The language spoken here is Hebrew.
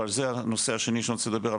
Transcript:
ועל זה הנושא השני שאני רוצה לדבר,